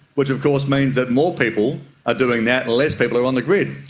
which of course means that more people are doing that and less people are on the grid,